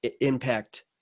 impact